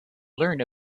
learn